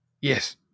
Yes